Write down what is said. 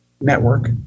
network